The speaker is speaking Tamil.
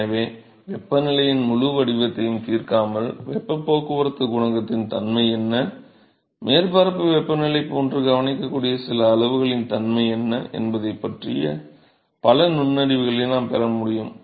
எனவே வெப்பநிலையின் முழு வடிவத்தையும் தீர்க்காமல் வெப்பப் போக்குவரத்துக் குணகத்தின் தன்மை என்ன மேற்பரப்பு வெப்பநிலை போன்ற கவனிக்கக்கூடிய சில அளவுகளின் தன்மை என்ன என்பதைப் பற்றிய பல நுண்ணறிவுகளை நாம் பெற முடியும்